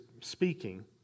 speaking